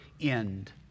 end